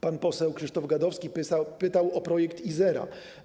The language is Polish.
Pan poseł Krzysztof Gadowski pytał o projekt Izera.